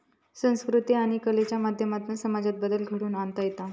संकृती आणि कलेच्या माध्यमातना समाजात बदल घडवुन आणता येता